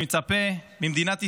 אני מצפה ממדינת ישראל,